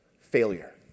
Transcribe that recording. failure